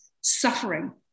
suffering